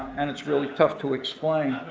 and it's really tough to explain,